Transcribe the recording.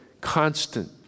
constant